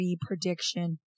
prediction